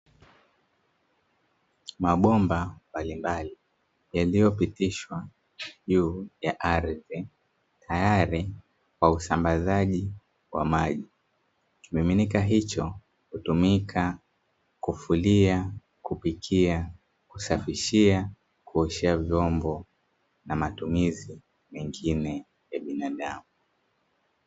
Mabomba mbalimbali yaliyopitishwa juu ya ardhi, tayari kwa usambazaji wa maji. Kimiminika hicho hutumika: kufulia, kupikia, kusafishia, kuoshea vyombo na matumizi mengine ya binadamu.